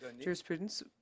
jurisprudence